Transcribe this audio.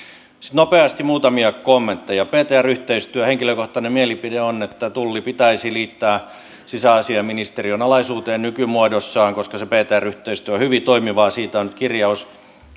nopeasti muutamia kommentteja ptr yhteistyö henkilökohtainen mielipide on että tulli pitäisi liittää sisäasiainministeriön alaisuuteen nykymuodossaan koska ptr yhteistyö on hyvin toimivaa siitä on kirjaus